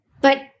But-